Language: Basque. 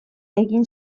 egin